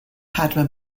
padma